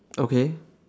okay